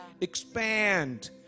Expand